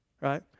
Right